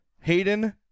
Hayden